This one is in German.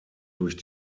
durch